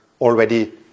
already